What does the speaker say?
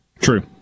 True